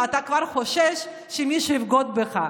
ואתה כבר חושש שמישהו יבגוד בך,